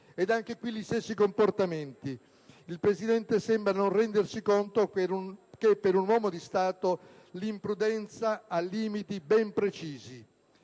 Anche qui gli stessi comportamenti: il Presidente sembra non rendersi conto che per un uomo di Stato l'imprudenza ha limiti ben precisi.